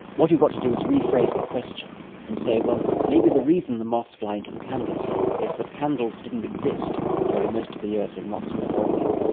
what you've got to do is rephrase the question and say, well, maybe the reason the moths fly into the candle flame is that candles didn't exist during most of the years when moths were evolving.